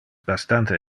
bastante